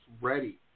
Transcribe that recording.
ready